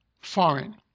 foreign